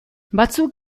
batzuk